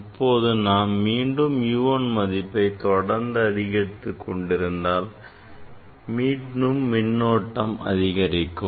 இப்போது நாம் மீண்டும் U 1 மதிப்பை தொடர்ந்து அதிகரித்துக் கொண்டிருந்தால் மீண்டும் மின்னோட்டம் அதிகரிக்கும்